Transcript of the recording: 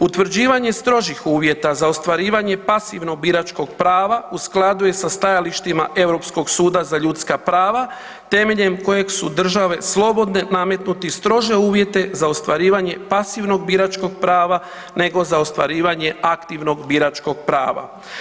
Utvrđivanje strožih uvjeta za ostvarivanje pasivnog biračkog prava u skladu je sa stajalištima Europskog suda za ljudska prava temeljem kojeg su države slobodne nametnuti strože uvjete za ostvarivanje pasivnog biračkog prava nego za ostvarivanje aktivnog biračkog prava.